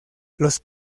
los